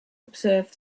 observe